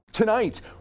Tonight